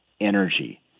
energy